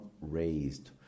raised